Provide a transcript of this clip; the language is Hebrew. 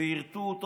ויירטו אותו,